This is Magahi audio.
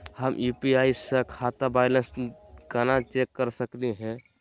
हम यू.पी.आई स खाता बैलेंस कना चेक कर सकनी हे?